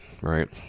right